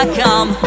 come